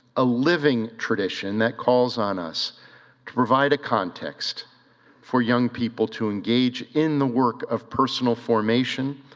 a living tradition that calls on us to provide a context for young people to engage in the work of personal formation,